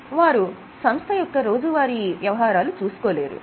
వారు సంస్థ యొక్క రోజువారీ వ్యవహారాలు చూసుకోలేరు